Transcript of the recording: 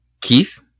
Keith